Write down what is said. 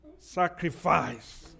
Sacrifice